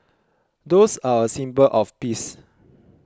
doves are a symbol of peace